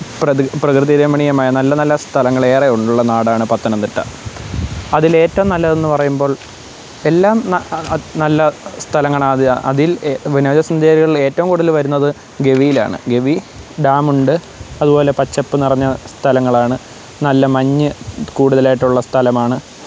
പ്രകൃതിരമണീയമായ നല്ല നല്ല സ്ഥലങ്ങൾ ഏറെയുള്ള നാടാണ് പത്തനംതിട്ട അതിലേറ്റവും നല്ലതെന്ന് പറയുമ്പോള് എല്ലാം നല്ല സ്ഥലങ്ങണ് അത് അതില് വിനോദസഞ്ചാരികള് ഏറ്റവും കൂടുതൽ വരുന്നത് ഗവിയിലാണ് ഗവി ഡാമുണ്ട് അതുപോലെ പച്ചപ്പ് നിറഞ്ഞ സ്ഥലങ്ങളാണ് നല്ല മഞ്ഞ് കൂടുതലായിട്ടുള്ള സ്ഥലമാണ്